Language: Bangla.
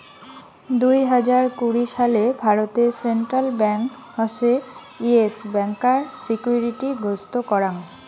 দুই হাজার কুড়ি সালে ভারতে সেন্ট্রাল ব্যাঙ্ক হসে ইয়েস ব্যাংকার সিকিউরিটি গ্রস্ত করাং